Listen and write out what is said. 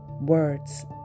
words